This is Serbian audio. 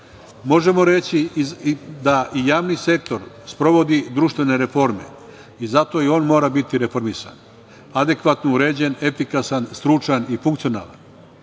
reći da i javni sektor sprovodi društvene reforme i zato i on mora biti reformisan, adekvatno uređen, efikasan, stručan i funkcionalan